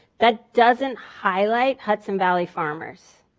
that doesn't highlight hudson valley farmers.